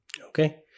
Okay